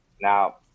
Now